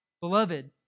Beloved